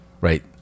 right